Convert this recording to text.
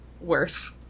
worse